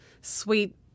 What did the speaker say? sweet